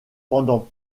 pendant